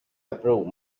approve